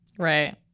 Right